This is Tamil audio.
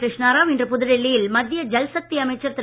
கிருஷ்ணாராவ் இன்று புதுடில்லி யில் மத்திய ஜல்சக்தி அமைச்சர் திரு